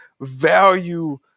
value